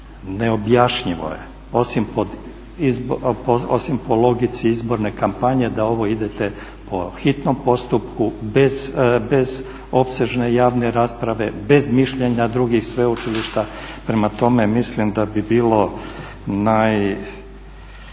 neobjašnjivo je osim po logici izborne kampanje da ovo idete po hitnom postupku bez opsežne javne rasprave, bez mišljenja drugih sveučilišta. Prema tome, mislim da bi bilo najuputnije